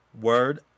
word